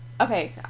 okay